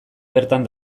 bertan